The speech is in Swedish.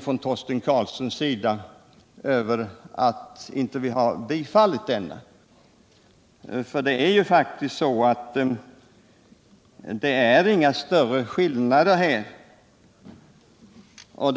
faktiskt över Torsten Karlssons förvåning över att vi inte har tillstyrkt den, för här finns det ju inga större skillnader mellan majoritetens syn och reservanternas.